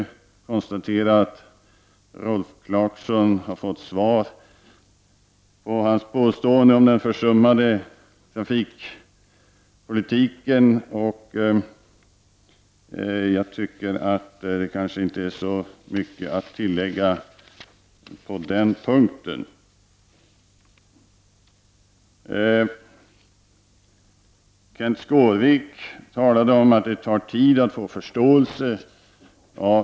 Jag vill konstatera att Rolf Clarkson har fått svar på sitt påstående om den försummade trafikpolitiken. Där är det kanske inte så mycket att tillägga. Kenth Skårvik talade om att det tar tid att få förståelse.